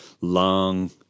long